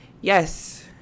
Yes